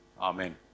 Amen